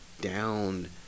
down